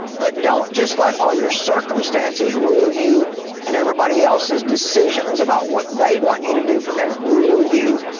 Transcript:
but don't just let all your circumstances rule you and everybody else's decisions about what they want you to do for them rule you,